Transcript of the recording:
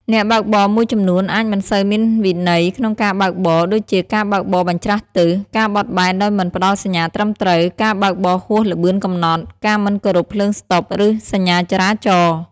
អ្នកបើកបរមួយចំនួនអាច មិនសូវមានវិន័យ ក្នុងការបើកបរ ដូចជាការបើកបរបញ្ច្រាសទិស ការបត់បែនដោយមិនផ្តល់សញ្ញាត្រឹមត្រូវ ការបើកបរហួសល្បឿនកំណត់ ការមិនគោរពភ្លើងស្តុប ឬសញ្ញាចរាចរណ៍។